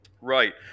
right